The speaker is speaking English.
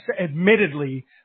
admittedly